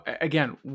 again